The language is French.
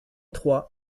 trois